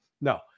No